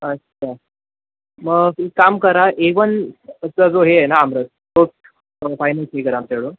अच्छा मग एक काम करा ए वनचा जो हे आहे ना आमरस तोच फायनल हे करा आमच्याकडून